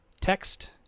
text